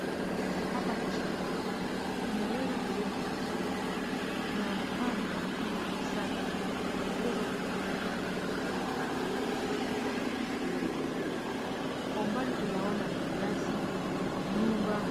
Hapa ni shambani kumeweza kulimwa vizuri kunaonekana likiwa safi na kuweza kuvuna migomba za ndizi zikiwemo ndani, kwa umbali tunaona manyasi, nyumba.